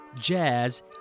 jazz